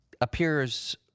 appears